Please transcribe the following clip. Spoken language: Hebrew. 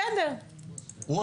מירב בן ארי,